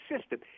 system